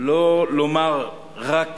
לא לומר רק